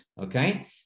okay